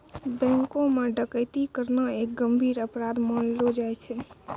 बैंको म डकैती करना एक गंभीर अपराध मानलो जाय छै